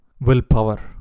willpower